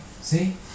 See